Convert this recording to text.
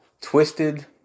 twisted